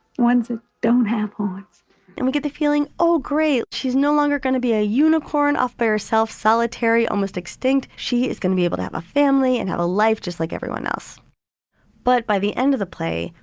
ones that ah don't have horns and we get the feeling oh, great. she's no longer gonna be a unicorn off by herself, solitary, almost extinct. she is gonna be able to have a family and have a life just like everyone else but by the end of the play,